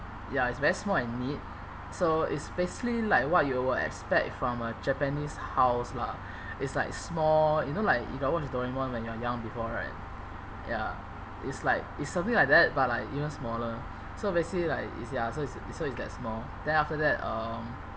ya it's very small and neat so it's basically like what you will expect from a japanese house lah it's like small you know like if you got watch doraemon when you young before right ya it's like it's something like that but like even smaller so basically like it's ya so it's so it's that small then after that um